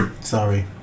Sorry